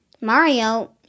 Mario